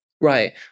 Right